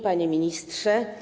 Panie Ministrze!